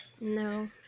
no